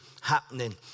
happening